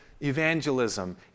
evangelism